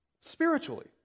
spiritually